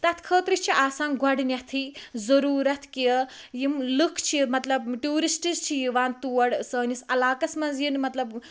تَتھ خٲطرٕ چھِ آسان گۄڈٕنیٚتھٕے ضروٗرَت کہِ یِم لُکھ چھِ مَطلَب ٹیورسٹٕس چھِ یِوان تور سٲنِس عَلاقَس مَنٛز یِن مَطلَب